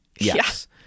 Yes